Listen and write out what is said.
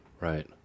Right